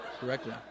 correctly